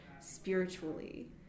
spiritually